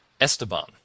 Esteban